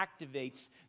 activates